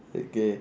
okay